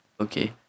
Okay